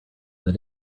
that